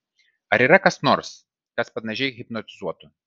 ar yra kas nors kas panašiai hipnotizuotų